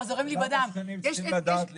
גם השכנים צריכים לדעת לפני.